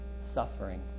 suffering